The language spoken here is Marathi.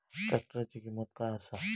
ट्रॅक्टराची किंमत काय आसा?